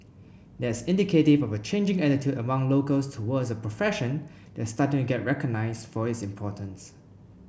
that's indicative of a changing attitude among locals towards a profession that's starting to get recognised for its importance